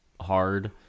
hard